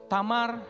Tamar